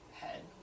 head